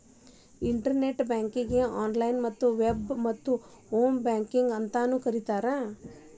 internet ಬ್ಯಾಂಕಿಂಗಗೆ online web ಮತ್ತ home banking ಅಂತಾನೂ ಕರಿತಾರ